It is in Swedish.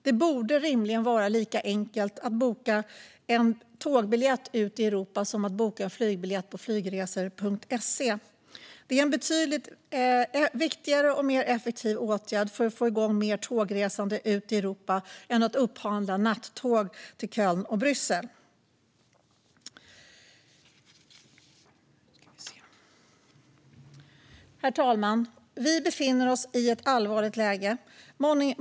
Det borde rimligen vara lika enkelt att boka en tågbiljett för att resa i Europa som att boka en flygbiljett via flygresor.se. Det är en betydligt viktigare och mer effektiv åtgärd för att få igång mer tågresande ut i Europa än att upphandla nattåg till Köln och Bryssel. Herr talman! Vi befinner oss i ett allvarligt läge.